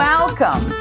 Welcome